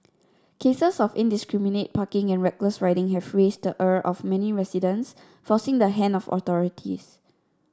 cases of indiscriminate parking and reckless riding have raised the ire of many residents forcing the hand of authorities